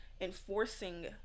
enforcing